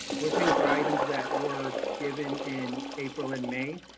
we're paying for items that were given in april and may,